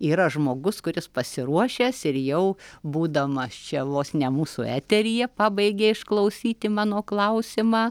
yra žmogus kuris pasiruošęs ir jau būdamas čia vos ne mūsų eteryje pabaigė išklausyti mano klausimą